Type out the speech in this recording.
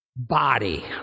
Body